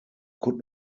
could